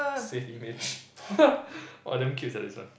save image !wah! damn cute sia this one